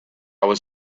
was